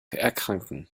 erkranken